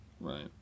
Right